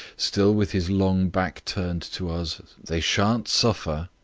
still with his long back turned to us they shan't suffer.